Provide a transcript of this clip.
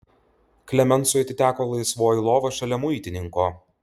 klemensui atiteko laisvoji lova šalia muitininko